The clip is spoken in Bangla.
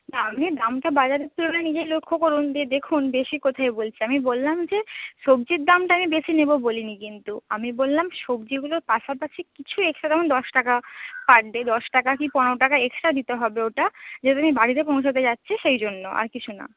না আপনি দামটা বাজারের তুলনায় নিজেই লক্ষ করুন দিয়ে দেখুন বেশি কোথায় বলছি আমি বললাম যে সবজির দামটা আমি বেশি নেব বলিনি কিন্তু আমি বললাম সবজিগুলোর পাশাপাশি কিছু এক্সট্রা যেমন দশ টাকা পার ডে দশ টাকা কি পনেরো টাকা এক্সট্রা দিতে হবে ওটা যেহেতু আমি বাড়িতে পৌঁছোতে যাচ্ছি সেই জন্য আর কিছু না